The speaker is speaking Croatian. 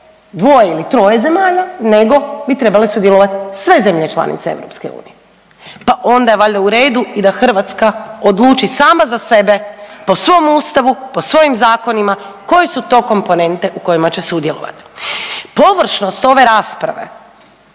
dvoje ili troje zemalja nego bi trebale sudjelovat sve zemlje članice EU, pa onda je valjda u redu i da Hrvatska odluči sama za sebe po svom Ustavu, po svojim zakonima koje su to komponente u kojima će sudjelovat. Površnost ove rasprave